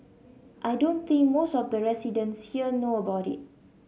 I don't think most of the residents here know about it